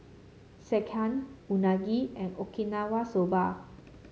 Sekihan Unagi and Okinawa Soba